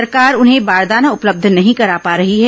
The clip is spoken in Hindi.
सरकार उन्हें बारदाना उपलब्ध नहीं करा पा रही है